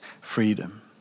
freedom